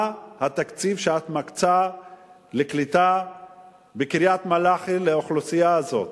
מה התקציב שאת מקצה לקליטה בקריית-מלאכי לאוכלוסייה הזאת?